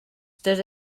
stood